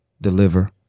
deliver